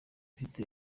ifite